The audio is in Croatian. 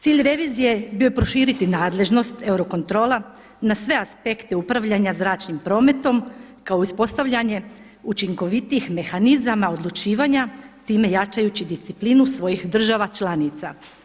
Cilj revizije bio je proširiti nadležnost Eurocontrola na sve aspekte upravljanja zračnim prometom, kao i uspostavljanje učinkovitijih mehanizama odlučivanja time jačajući disciplinu svojih država članica.